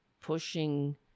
pushing